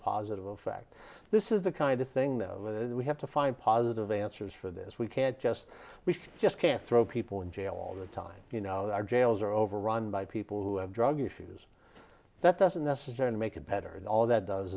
positive effect this is the kind of thing that we have to find positive answers for this we can't just we just can't throw people in jail all the time you know that our jails are overrun by people who have drug issues that doesn't necessarily make it better and all that does